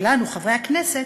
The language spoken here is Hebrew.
שלנו, חברי הכנסת,